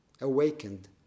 Awakened